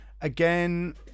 Again